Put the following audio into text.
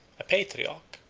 a patriarch,